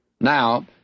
Now